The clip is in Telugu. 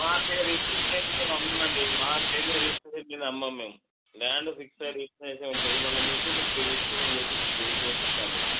మాకు రిజిస్ట్రేషన్ చేయకపోతే మేము అమ్మమండి మా పేరు మీద రిజిస్ట్రేషన్ లేకపోతే అమ్మము మేము ల్యాండ్ ఫిక్స్ అయ్యాకే రిజిస్ట్రేషన్ ఉంటుంది మళ్ళీ మీకు రిజిస్ట్రేషన్ చేయిస్తా చేసిస్తాము మీకు